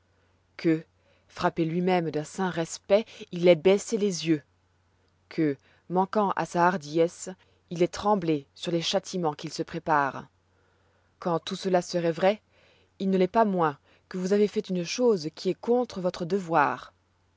que frappé lui-même d'un saint respect il ait baissé les yeux que manquant à sa hardiesse il ait tremblé sur les châtiments qu'il se prépare quand tout cela seroit vrai il ne l'est pas moins que vous avez fait une chose qui est contre votre devoir